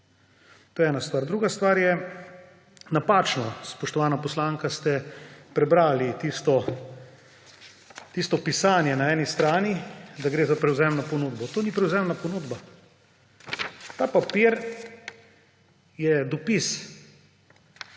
To je ena stvar. Druga stvar je, napačno, spoštovana poslanka, ste prebrali tisto pisanje na eni strani, da gre za prevzemno ponudbo. To ni prevzemna ponudba. Ta papir / pokaže